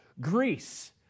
Greece